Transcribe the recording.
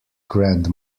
grand